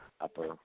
upper